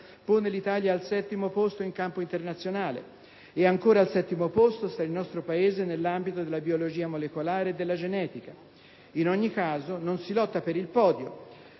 pone l'Italia al settimo posto in campo internazionale; e ancora al settimo posto sta il nostro Paese nell'ambito della biologia molecolare e della genetica; un indicatore aggregato per le